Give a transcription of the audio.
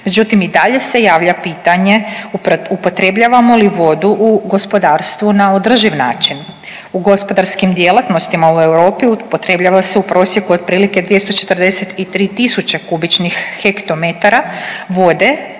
međutim i dalje se javlja pitanje upotrebljavamo li vodu u gospodarstvu na održiv način? U gospodarskim djelatnostima u Europi upotrebljava se u prosjeku otprilike 243 tisuće kubičnih hektometara vode